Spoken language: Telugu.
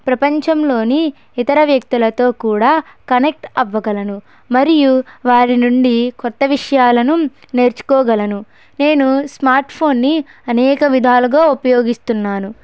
ప్రపంచంలోని ఇతర వ్యక్తులతో కూడా కనెక్ట్ అవ్వగలను మరియు వారి నుండి కొత్త విషయాలను నేర్చుకోగలను నేను స్మార్ట్ ఫోన్ని అనేక విధాలుగా ఉపయోగిస్తున్నాను